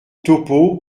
topeau